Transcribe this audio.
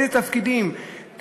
איזה תפקידים,